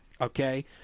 okay